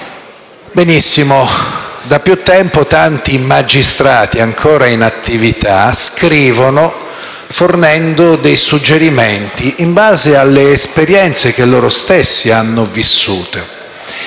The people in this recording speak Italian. Benissimo, da tempo tanti magistrati ancora in attività scrivono fornendo dei suggerimenti in base alle esperienze che loro stessi hanno vissuto